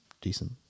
decent